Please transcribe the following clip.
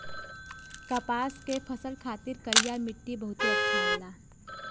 कपास के फसल खातिर करिया मट्टी बहुते अच्छा होला